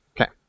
Okay